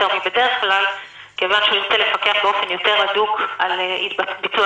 מבדרך כלל כיוון שהוא ירצה לפקח באופן יותר הדוק על ביצוע